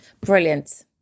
Brilliant